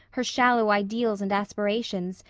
her shallow ideals and aspirations,